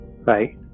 right